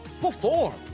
perform